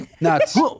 Nuts